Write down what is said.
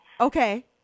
Okay